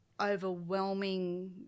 overwhelming